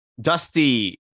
Dusty